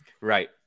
Right